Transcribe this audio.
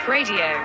Radio